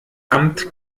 amt